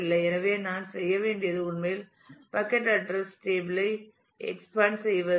எனவே நான் செய்ய வேண்டியது உண்மையில் பக்கட் அட்ரஸ் டேபிள் ஐ எக்ஸ்பேண்ட் செய்வதுதான்